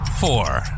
four